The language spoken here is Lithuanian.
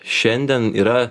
šiandien yra